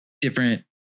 different